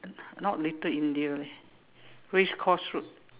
not little India leh race course road